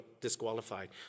disqualified